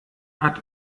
hat